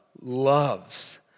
loves